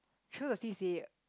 choose the C_C_A